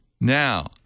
Now